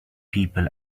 people